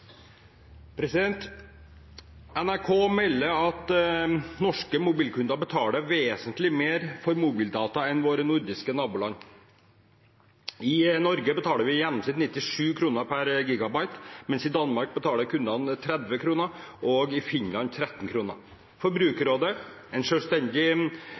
melder at norske mobilkunder betaler vesentlig mer for mobildata enn våre nordiske naboland. I Norge betaler vi i gjennomsnitt 97 kroner per gigabyte, mens i Danmark betaler kundene 30 kroner og i Finland 13 kroner. Forbrukerrådet, en selvstendig